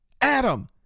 Adam